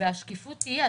והשקיפות תהיה.